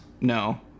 no